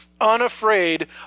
unafraid